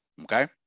okay